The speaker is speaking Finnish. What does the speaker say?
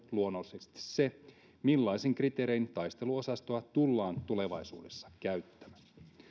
luonnollisesti se millaisin kriteerein taisteluosastoa tullaan tulevaisuudessa käyttämään